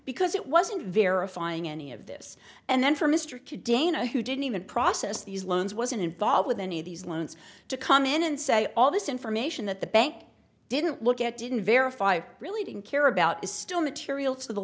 because it wasn't verifying any of this and then for mr kidd dana who didn't even process these loans wasn't involved with any of these loans to come in and say all this information that the bank didn't look at didn't verify really didn't care about is still material to the